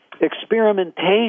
experimentation